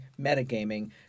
metagaming